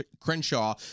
Crenshaw